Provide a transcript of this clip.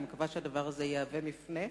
אני מקווה שהדבר הזה יהווה מפנה.